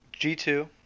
G2